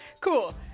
cool